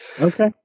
Okay